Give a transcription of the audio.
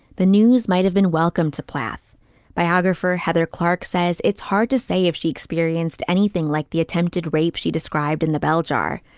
the news might have been welcome to plath biographer heather clark says it's hard to say if she experienced anything like the attempted rape she described in the bell jar.